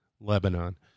Lebanon